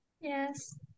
yes